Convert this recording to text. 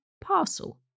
parcel